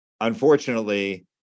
Unfortunately